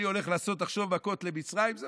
אני הולך לעשות עכשיו מכות למצרים,